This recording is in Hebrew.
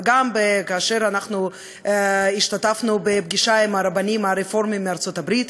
וגם כאשר אנחנו השתתפנו בפגישה עם הרבנים הרפורמים מארצות-הברית,